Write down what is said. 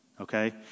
okay